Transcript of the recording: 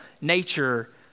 nature